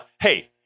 hey